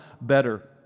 better